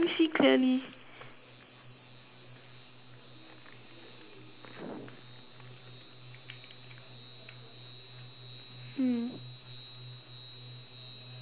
mm